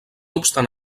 obstant